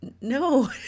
No